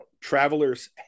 travelers